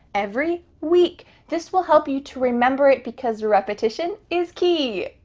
every week. this will help you to remember it because repetition is key.